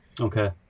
Okay